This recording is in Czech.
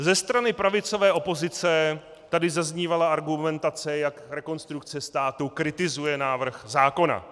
Ze strany pravicové opozice tady zaznívala argumentace, jak Rekonstrukce státu kritizuje návrh zákona.